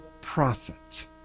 prophet